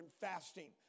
fasting